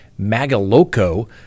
Magaloco